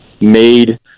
made